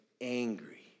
angry